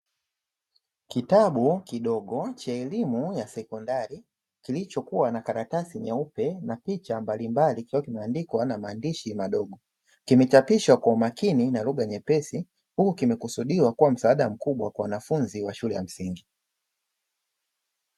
Kitabu kidogo cha elimu ya sekondari, kilichokuwa na karatasi nyeupe na picha mbalimbali, kikiwa kimeandikwa na maandishi madogo. Kimechapishwa kwa umakini na lugha nyepesi, huku kimekusudiwa kuwa msaada mkubwa kwa wanafunzi wa shule ya msingi.